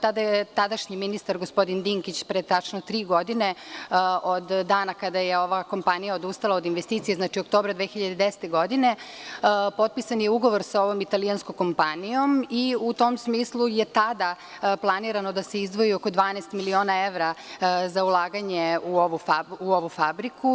Tada je tadašnji ministar, gospodin Dinkić, pre tačno tri godine od dana kada je ova kompanija odustala od investicija, znači oktobra 2010. godine, potpisan je ugovor sa ovom italijanskom kompanijom i u tom smislu je tada planirano da se izdvoji oko 12 miliona evra za ulaganje u ovu fabriku.